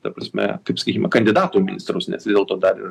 ta prasme kaip sakykime kandidato į ministrus nes vis dėlto dar ir